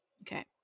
Okay